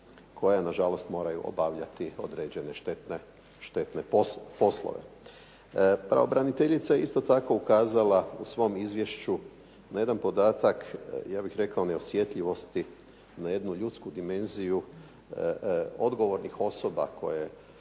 koja nažalost moraju obavljati određene štetne, štetne poslove. Pravobraniteljica je isto tako ukazala u svom izvješću na jedan podatak, ja bih rekao neosjetljivosti na jednu ljudsku dimenziju odgovornih osoba koje